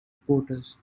reporters